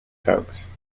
folks